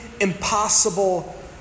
impossible